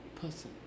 person